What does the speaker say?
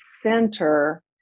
center